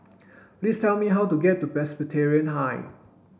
please tell me how to get to Presbyterian High